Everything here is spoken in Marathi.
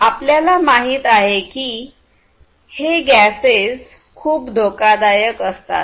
आपल्याला माहित आहे की हे गॅसेस खूप धोकादायक असतात